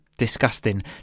disgusting